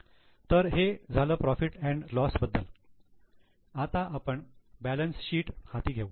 तर हे झालं profit and loss profit loss बद्दल आता आपण बॅलन्स शीट हाती घेऊ